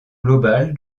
global